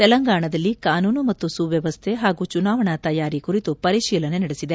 ತೆಲಂಗಾಣದಲ್ಲಿ ಕಾನೂನು ಮತ್ತು ಸುವ್ಲವಸ್ಥೆ ಹಾಗೂ ಚುನಾವಣಾ ತಯಾರಿ ಕುರಿತು ಪರಿತೀಲನೆ ನಡೆಸಿದೆ